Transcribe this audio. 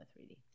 3D